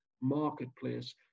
marketplace